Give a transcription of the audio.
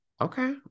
Okay